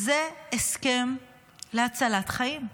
זה הסכם להצלת חיים,